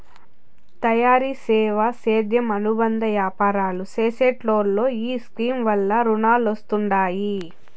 తయారీ, సేవా, సేద్యం అనుబంద యాపారాలు చేసెటోల్లో ఈ స్కీమ్ వల్ల రునాలొస్తండాయి